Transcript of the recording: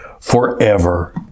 forever